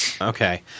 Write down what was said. okay